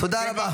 תודה רבה.